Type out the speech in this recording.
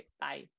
Bye